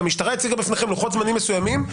המשטרה הציגה בפניכם לוחות זמנים מסוימים,